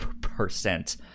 percent